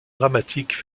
dramatiques